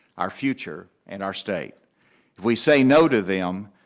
our future and our state. if we say no to them,